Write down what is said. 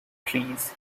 trees